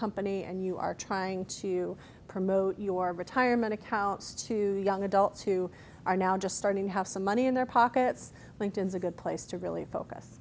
company and you are trying to promote your retirement accounts to young adults who are now just starting to have some money in their pockets linked in is a good place to really focus